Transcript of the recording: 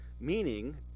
Meaning